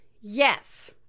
Yes